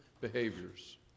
behaviors